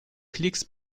klicks